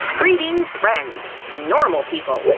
greeting friends normal people